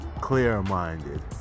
clear-minded